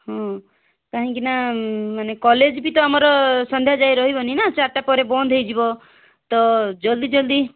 ହୁଁ କାହିଁକିନା ମାନେ କଲେଜ ବି ତ ଆମର ସନ୍ଧ୍ୟା ଯାଏ ରହିବନି ନା ଚାରିଟା ପରେ ବନ୍ଦ ହେଇଯିବ ତ ଜଲ୍ଦି ଜଲ୍ଦି